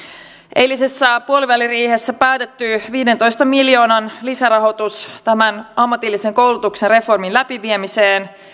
eilisessä puoliväliriihessä päätetty viidentoista miljoonan lisärahoitus tämän ammatillisen koulutuksen reformin läpiviemiseen